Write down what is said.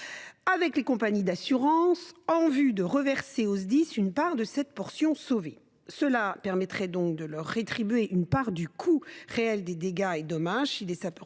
avec les compagnies d’assurances en vue de reverser aux Sdis une part de cette portion « sauvée »? Cela permettrait de les rétribuer à hauteur d’une partie du coût réel des dégâts ou dommages